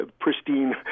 pristine